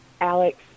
Alex